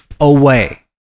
away